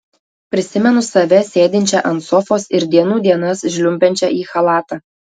prisimenu save sėdinčią ant sofos ir dienų dienas žliumbiančią į chalatą